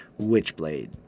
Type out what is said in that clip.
Witchblade